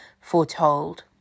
foretold